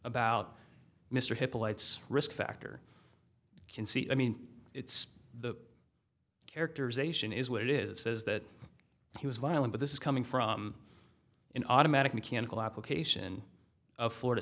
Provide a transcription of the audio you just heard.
about mr hip alights risk factor can see i mean it's the characterization is what it is it says that he was violent but this is coming from an automatic mechanical application of florida